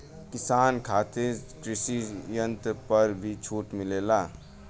किसान खातिर कृषि यंत्र पर भी छूट मिलेला?